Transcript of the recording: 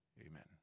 amen